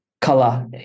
color